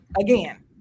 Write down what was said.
again